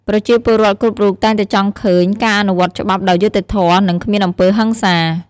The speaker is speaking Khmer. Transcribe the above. ប្រជាពលរដ្ឋគ្រប់រូបតែងតែចង់ឃើញ ការអនុវត្តច្បាប់ដោយយុត្តិធម៌ និងគ្មានអំពើហិង្សា។